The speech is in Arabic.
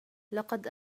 لقد